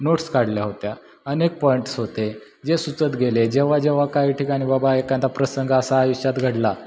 notes काढल्या होत्या अनेक पॉईंट्स होते जे सुचत गेले जेव्हा जेव्हा काही ठिकाणी बाबा एखादा प्रसंग असा आयुष्यात घडला